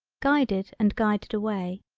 guided and guided away,